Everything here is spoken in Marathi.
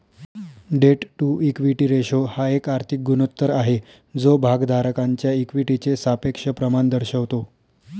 डेट टू इक्विटी रेशो हा एक आर्थिक गुणोत्तर आहे जो भागधारकांच्या इक्विटीचे सापेक्ष प्रमाण दर्शवतो